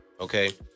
okay